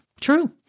True